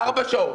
ארבע שעות